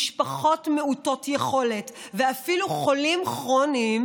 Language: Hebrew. משפחות מעוטות יכולת ואפילו חולים כרוניים